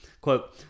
Quote